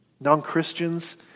non-Christians